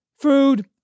food